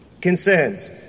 Concerns